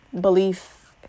belief